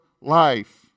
life